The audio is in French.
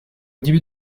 début